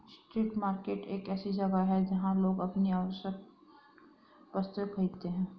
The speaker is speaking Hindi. स्ट्रीट मार्केट एक ऐसी जगह है जहां लोग अपनी आवश्यक वस्तुएं खरीदते हैं